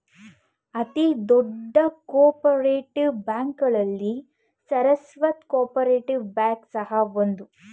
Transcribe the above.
ಅತಿ ದೊಡ್ಡ cooperative ಬ್ಯಾಂಕ್ಗಳಲ್ಲಿ ಸರಸ್ವತ್ ಕೋಪರೇಟಿವ್ ಬ್ಯಾಂಕ್ ಸಹ ಒಂದು